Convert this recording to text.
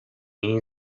این